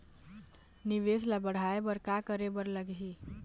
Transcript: निवेश ला बढ़ाय बर का करे बर लगही?